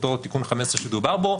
ואותו תיקון 15 שדובר בו,